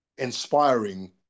inspiring